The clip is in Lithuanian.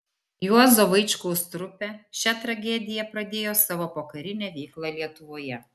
juozo vaičkaus trupė šia tragedija pradėjo savo pokarinę veiklą lietuvoje